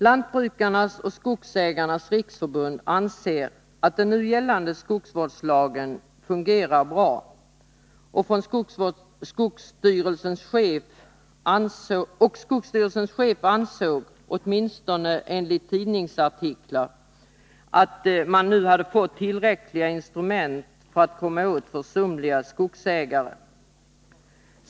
Lantbrukarnas riksförbund och Skogsägarnas riksförbund anser att den nu gällande skogsvårdslagen fungerar bra, och skogsvårdsstyrelsens chef ansåg — åtminstone enligt tidningsartiklar — att man nu hade fått tillräckliga instrument för att komma åt försumliga skogsägare.